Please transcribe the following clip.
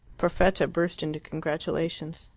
perfetta burst into congratulations.